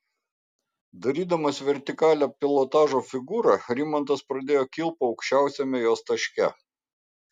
darydamas vertikalią pilotažo figūrą rimantas pradėjo kilpą aukščiausiame jos taške